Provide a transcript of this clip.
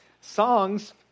Songs